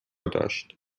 داشت